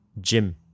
gym